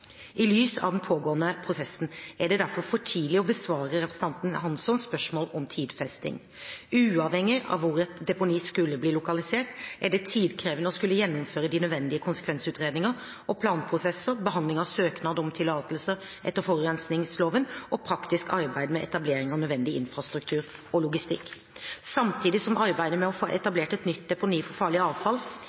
I lys av den pågående prosessen er det derfor for tidlig å besvare representanten Hanssons spørsmål om tidfesting. Uavhengig av hvor et deponi skulle bli lokalisert, er det tidkrevende å skulle gjennomføre de nødvendige konsekvensutredninger og planprosesser, behandling av søknad om tillatelser etter forurensningsloven og praktisk arbeid med etablering av nødvendig infrastruktur og logistikk. Samtidig som arbeidet med å få etablert et nytt deponi for farlig avfall